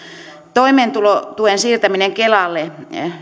toimeentulotuen siirtämisen kelalle